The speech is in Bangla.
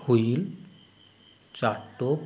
হুইল চারটোপ